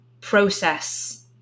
process